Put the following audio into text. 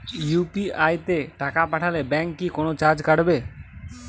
UPI তে টাকা পাঠালে ব্যাংক কি কোনো চার্জ কাটে?